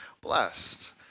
blessed